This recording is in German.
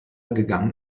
gegangen